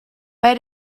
bij